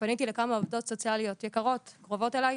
כשפניתי לכמה עובדות סוציאליות יקרות קרובות אלי,